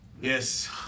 Yes